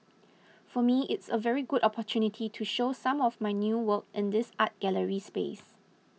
for me it's a very good opportunity to show some of my new work in this art gallery space